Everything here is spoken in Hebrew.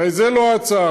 הרי זו לא ההצעה.